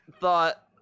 thought